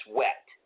wet